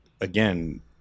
again